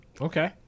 Okay